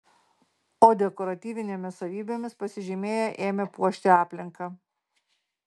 o dekoratyvinėmis savybėmis pasižymėję ėmė puošti aplinką